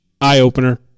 eye-opener